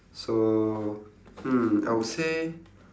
so hmm I would say